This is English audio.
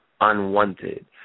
unwanted